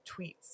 tweets